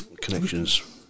connections